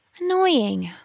Annoying